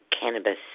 cannabis